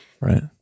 right